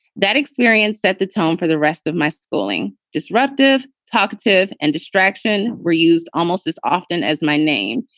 that experience set the tone for the rest of my schooling. disruptive, talkative and distraction were used almost as often as my name.